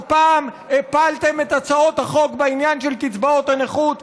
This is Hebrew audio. פעם הפלתם את הצעת החוק בעניין קצבאות הנכות.